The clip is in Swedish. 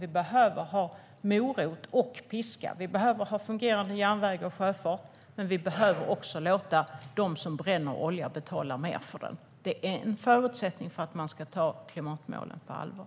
Det behövs både morot och piska. Det behövs en fungerande järnväg och sjöfart, men vi behöver också låta dem som bränner olja betala mer för den. Det är en förutsättning för att man ska ta klimatmålen på allvar.